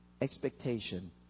expectation